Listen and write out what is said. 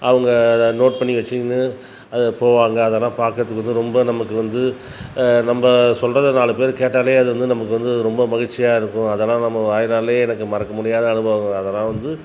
அவங்க நோட் பண்ணி வச்சுக்கின்னு இப்போது அதெலாம் பார்க்குறதுக்கு வந்து ரொம்ப நமக்கு வந்து நம்ம சொல்கிறத நாலு பேர் கேட்டாலே அது ரொம்ப மகிழ்ச்சியாக இருக்கும் அதெலாம் நம்ம வாழ்நாளியே எனக்கு மறக்க முடியாத அனுபவங்கள் அதெலாம் வந்து